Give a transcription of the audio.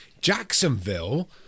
Jacksonville